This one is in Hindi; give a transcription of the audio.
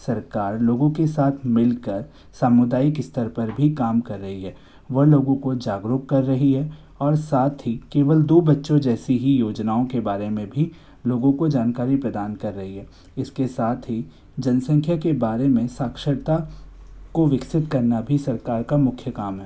सरकार लोगों के साथ मिलकर सामुदायिक स्तर पर भी काम कर रही है वह लोगों को जागरुक कर रही है और साथ ही केवल दो बच्चों जैसे ही योजनाओं के बारे में भी लोगो को जानकारी प्रदान कर रही है इसके साथ ही जनसंख्या के बारे में साक्षरता को विकसित करना भी सरकार का मुख्य काम है